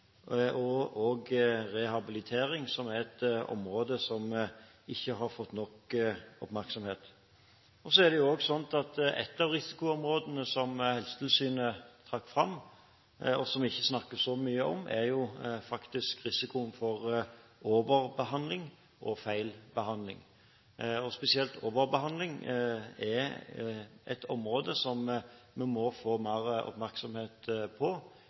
forebygging og rehabilitering, som er et område som ikke har fått nok oppmerksomhet. Så er det sånn at et av risikoområdene som Helsetilsynet trakk fram, og som det ikke snakkes så mye om, er faktisk risikoen for overbehandling og feilbehandling. Spesielt overbehandling er et område som vi må få mer oppmerksomhet på.